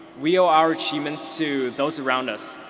we owe our achievements to those around us.